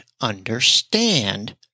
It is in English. understand